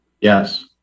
Yes